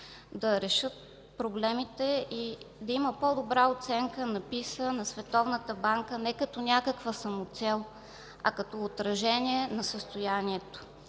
да решат проблемите и да има по-добра оценка на PISA, на Световната банка – не като някаква самоцел, а като отражение на състоянието.